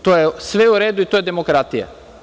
To je sve u redu i to je demokratija.